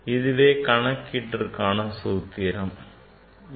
இதுவே கணக்கீட்டிற்கான சூத்திரம் ஆகும்